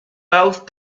both